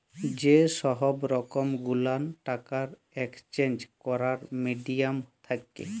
যে সহব রকম গুলান টাকার একেসচেঞ্জ ক্যরার মিডিয়াম থ্যাকে